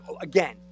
Again